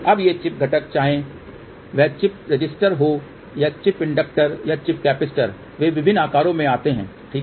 अब ये चिप घटक चाहे वह चिप रेसिस्टर हो या चिप इंडक्टर या चिप कैपेसिटर वे विभिन्न आकारों में आते हैं ठीक है